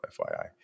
FYI